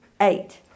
eight